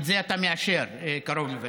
את זה אתה מאשר קרוב לוודאי,